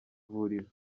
vuriro